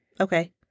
Okay